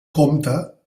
comte